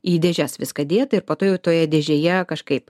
į dėžes viską dėt ir po to jau toje dėžėje kažkaip